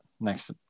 next